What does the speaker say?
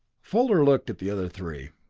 fuller looked at the other three.